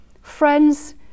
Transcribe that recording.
friends